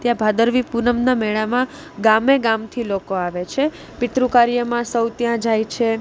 ત્યાં ભાદરવી પૂનમના મેળામાં ગામેગામથી લોકો આવે છે પિતૃકાર્યમાં સૌ ત્યાં જાય છે